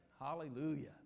Hallelujah